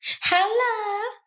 hello